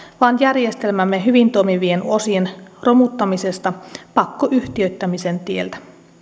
vaan järjestelmämme hyvin toimivien osien romuttamisesta pakkoyhtiöittämisen tieltä